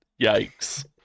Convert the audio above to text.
Yikes